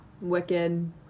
Wicked